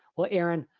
well, erin,